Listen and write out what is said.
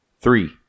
Three